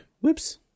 Whoops